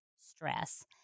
stress